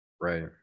right